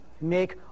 make